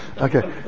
Okay